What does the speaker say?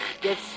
Get